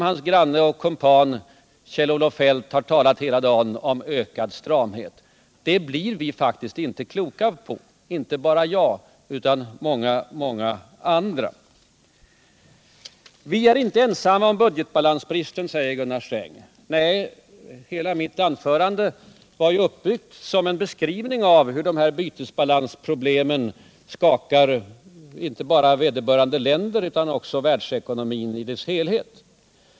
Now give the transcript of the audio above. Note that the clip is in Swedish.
Hans granne och kumpan Kjell-Olof Feldt har talat hela dagen om ökad stramhet. Det här blir vi faktiskt inte klokare på, inte bara jag utan många många andra. Vi är inte ensamma om budgetbalansbristen, säger Gunnar Sträng. Nej, hela mitt anförande var ju uppbyggt som en beskrivning av hur bytesbalansproblemen skakar inte bara vederbörande länder utan också världsekonomin i dess helhet.